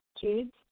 kids